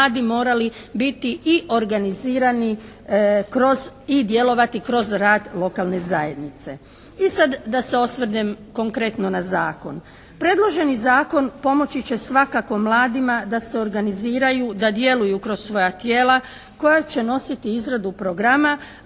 mladi morali biti i organizirani i djelovati kroz rad lokalne zajednice. I sad da se osvrnem konkretno na Zakon. Predloženi Zakon pomoći će svakako mladima da se organiziraju, da djeluju kroz svoja tijela koja će nositi izradu programa,